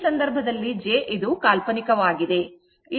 ಈ ಸಂದರ್ಭದಲ್ಲಿ j ಇದು ಕಾಲ್ಪನಿಕವಾಗಿದೆ